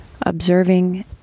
observing